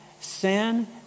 sin